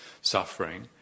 suffering